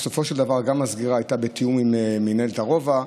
בסופו של דבר גם הסגירה הייתה בתיאום עם מינהלת הרובע.